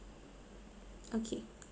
okay